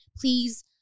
please